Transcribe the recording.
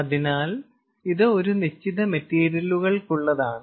അതിനാൽ ഇത് ഒരു നിശ്ചിത മെറ്റീരിയലുകൾക്കുള്ളതാണ്